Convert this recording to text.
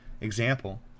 example